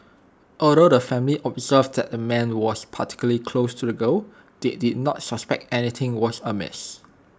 although the family observed that the man was particularly close to the girl they did not suspect anything was amiss